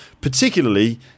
particularly